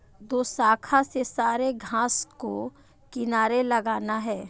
दोशाखा से सारे घास को किनारे लगाना है